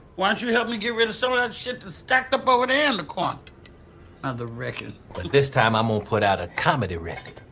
want you to help me get rid of so much shit to stack the boat and clocked on the record. but this time i'm will put out a comedy record.